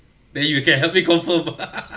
then you can help me confirm